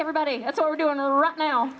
everybody that's all we're doing all right now